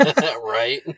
Right